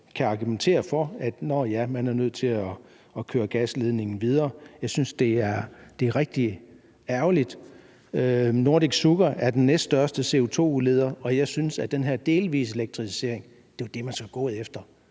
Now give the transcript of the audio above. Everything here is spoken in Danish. kan argumentere for, at man er nødt til at føre gasledningen videre, er rigtig ærgerligt. Nordic Sugar er den næststørste CO2-udleder, og jeg synes, at den her delvise elektrificering er det, man skulle gå efter